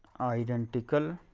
identical